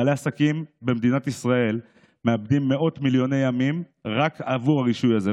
בעלי עסקים במדינת ישראל מאבדים מאות מיליוני ימים רק עבור הרישוי הזה.